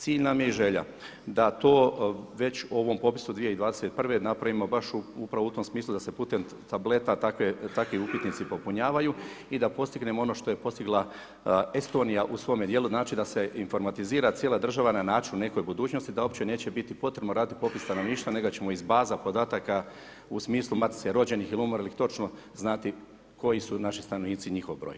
Cilj nam je i želja da to već ovom popisu 2021. napravimo baš u tom smislu poput tableta takvi upitnici popunjavaju i da postignemo ono što je postigla Estonija u svome dijelu, znači da se informatizira cijela država na način u nekoj budućnosti da uopće neće biti potrebno raditi popis stanovništva nego ćemo iz baza podataka iz smisla matica rođenih ili umrlih točno znati koji su naši stanovnici i njihov broj.